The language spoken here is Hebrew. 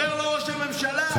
אומר לו ראש הממשלה: זה לא הזמן.